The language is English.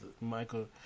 Michael